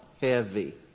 heavy